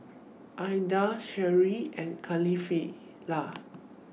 Ahad Syirah and Kefli